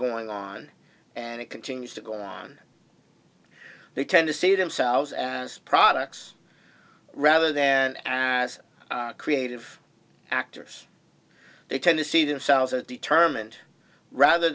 going on and it continues to go on they tend to see themselves as products rather than as creative actors they tend to see themselves as determined rather